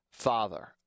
Father